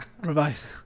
revise